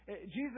Jesus